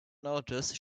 notice